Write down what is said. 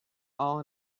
all